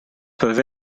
peuvent